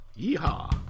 Yeehaw